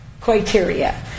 criteria